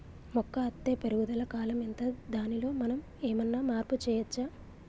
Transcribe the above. మొక్క అత్తే పెరుగుదల కాలం ఎంత దానిలో మనం ఏమన్నా మార్పు చేయచ్చా?